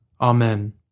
Amen